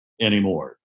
anymore